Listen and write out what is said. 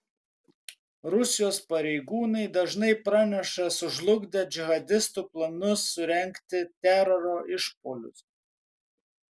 rusijos pareigūnai dažnai praneša sužlugdę džihadistų planus surengti teroro išpuolius